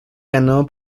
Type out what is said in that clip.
ganó